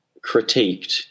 critiqued